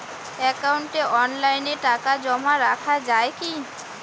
একাউন্টে অনলাইনে টাকা জমা রাখা য়ায় কি?